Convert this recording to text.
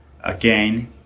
again